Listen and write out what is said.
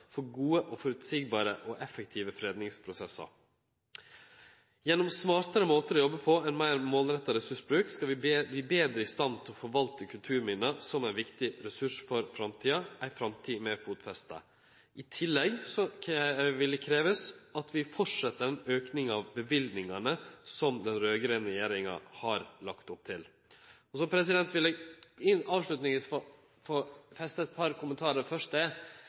for gode, føreseielege og effektive fredingsprosessar. Gjennom smartare måtar å jobbe på og ein meir målretta ressursbruk skal vi verte betre i stand til å forvalte kulturminna som ein viktig ressurs for framtida – ei framtid med fotfeste. I tillegg vil det krevjast at vi fortset den aukinga av løyvingane som den raud-grøne regjeringa har lagt opp til. Så vil eg få kome med eit par kommentarar.